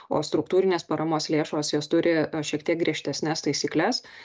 o struktūrinės paramos lėšos jos turi šiek tiek griežtesnes taisykles